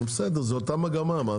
בסדר, זה אותה מגמה.